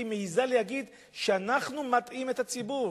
שהיא מעזה להגיד שאנחנו מטעים את הציבור.